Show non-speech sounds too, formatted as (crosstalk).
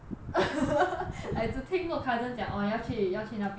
(laughs) I 只听过 cousin 讲 orh 要去要去那边